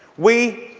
we,